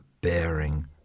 bearing